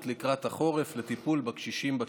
לקראת החורף לטיפול בקשישים בקהילה.